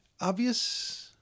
obvious